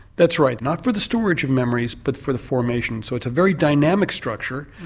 that's right, not for the storage of memories but for the formation, so it's a very dynamic structure,